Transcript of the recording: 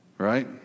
Right